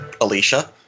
Alicia